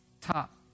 Top